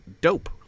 dope